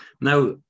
Now